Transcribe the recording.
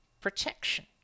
protection